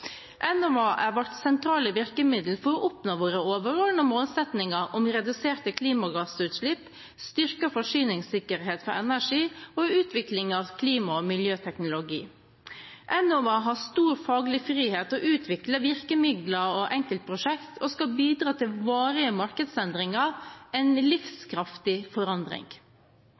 Enova er vårt sentrale virkemiddel for å oppnå våre overordnede målsettinger om reduserte klimagassutslipp, styrket forsyningssikkerhet for energi og utvikling av klima- og miljøteknologi. Enova har stor faglig frihet til å utvikle virkemidler og enkeltprosjekter og skal bidra til varige markedsendringer – en livskraftig forandring.